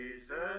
Jesus